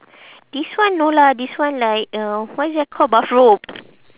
this one no lah this one like uh what is that called bathrobe